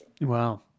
Wow